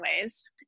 ways